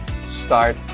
Start